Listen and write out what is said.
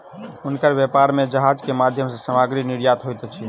हुनकर व्यापार में जहाज के माध्यम सॅ सामग्री निर्यात होइत अछि